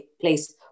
place